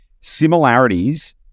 similarities